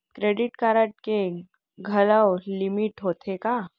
Credit card के घलव limit होथे का?